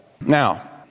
Now